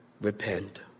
Repent